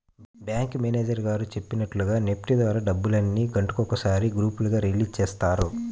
bank manager గారు చెప్పినట్లుగా NEFT ద్వారా డబ్బుల్ని గంటకొకసారి గ్రూపులుగా రిలీజ్ చేస్తారు